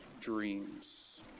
dreams